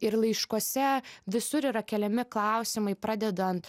ir laiškuose visur yra keliami klausimai pradedant